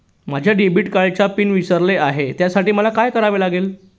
माझ्या डेबिट कार्डचा पिन विसरले आहे त्यासाठी मला काय करावे लागेल?